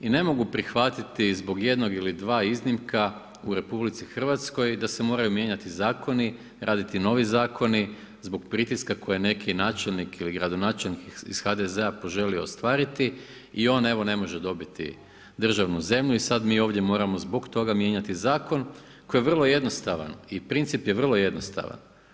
I ne mogu prihvatiti zbog jednog ili dva iznimka u RH da se moraju mijenjati zakoni, raditi novi zakoni zbog pritiska koji načelnik ili gradonačelnik iz HDZ poželi ostvariti i on evo ne može dobiti državnu zemlju i sada bi ovdje moramo zbog toga moramo mijenjati zakon koji je vrlo jednostavan i princip je vrlo jednostavan.